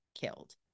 killed